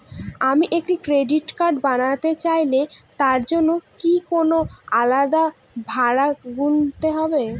আমি একটি credit card বানাতে চাইলে তার জন্য কি কোনো আলাদা ভাড়া গুনতে হবে?